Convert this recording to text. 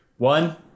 One